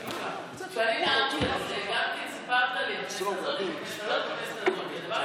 כשאני נאמתי סיפרת לי: בכנסת הזאת ובכנסת הזאת ובכנסת הזאת.